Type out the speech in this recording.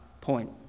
point